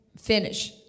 finish